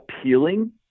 appealing